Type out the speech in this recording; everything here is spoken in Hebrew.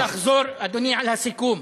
אני רוצה לחזור, אדוני, על הסיכום.